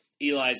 Eli's